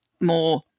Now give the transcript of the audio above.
more